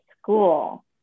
school